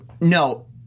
no